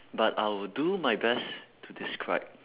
but I will do my best to describe